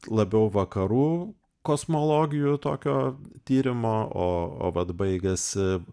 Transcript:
labiau vakarų kosmologijų tokio tyrimo o o vat baigėsi